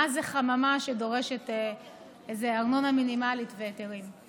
מה זה חממה שדורשת איזו ארנונה מינימלית והיתרים.